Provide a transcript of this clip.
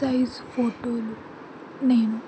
size ఫోటోలు నేను